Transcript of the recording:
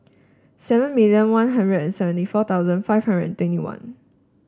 seven million One Hundred and seventy four thousand five hundred and twenty one